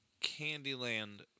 Candyland